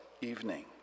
evening